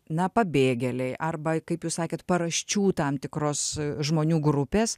na pabėgėliai arba kaip jūs sakėt paraščių tam tikros žmonių grupės